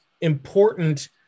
important